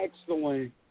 excellent